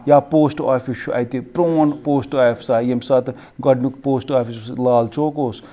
یا پوسٹہٕ آفِس چھُ اتہِ پرٛون پوسٹہٕ آفسا ییٚمہِ ساتہٕ گۄڈنِیُک پوسٹہٕ آفِس یُس لال چوک اوس تہٕ